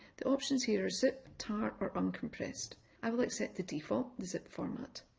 the options here are zip, tar or uncompressed i will accept the default, the zip format.